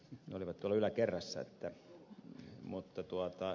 ne olivat tuolla yläkerrassa mutta ehkä